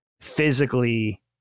physically